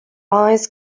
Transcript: eyes